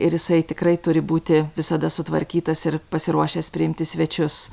ir jisai tikrai turi būti visada sutvarkytas ir pasiruošęs priimti svečius